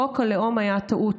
חוק הלאום היה טעות.